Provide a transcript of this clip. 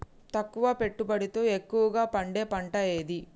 తక్కువ పెట్టుబడితో ఎక్కువగా పండే పంట ఏది?